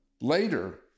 Later